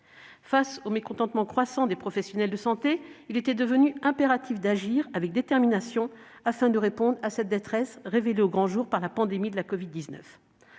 Face au mécontentement croissant des professionnels de santé, il était devenu impératif d'agir avec détermination afin de répondre à cette détresse, révélée au grand jour par la pandémie de la covid-19.